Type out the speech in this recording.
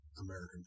American